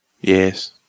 Yes